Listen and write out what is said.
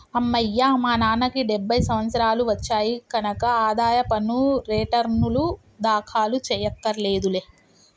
అమ్మయ్యా మా నాన్నకి డెబ్భై సంవత్సరాలు వచ్చాయి కనక ఆదాయ పన్ను రేటర్నులు దాఖలు చెయ్యక్కర్లేదులే